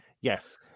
Yes